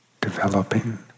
Developing